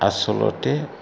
आस'लथे